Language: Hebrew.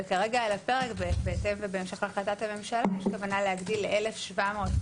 וכרגע על הפרק בהתאם ובהמשך להחלטת הממשלה כוונה להגדיל ל-1,750.